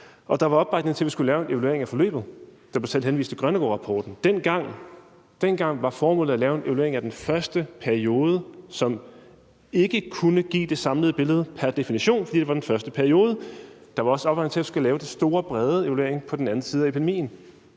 Der var opbakning til, at vi skulle lave en evaluering af forløbet, og der blev henvist til Grønnegårdrapporten. Dengang var formålet at lave en evaluering af den første periode, som pr. definition ikke kunne give det samlede billede, fordi det var den første periode. Der var også opbakning til at lave den store, brede evaluering på den anden side af epidemien.